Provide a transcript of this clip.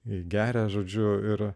į gera žodžiu yra